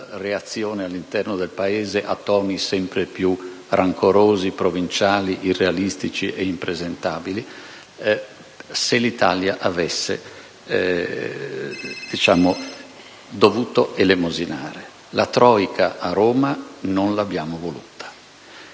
controreazione all'interno del Paese, a toni sempre più rancorosi, provinciali, irrealistici e impresentabili, se l'Italia avesse dovuto elemosinare. La *troika* a Roma non l'abbiamo voluta.